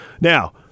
Now